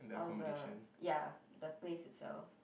on the ya the place itself